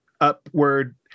upward